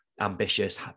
ambitious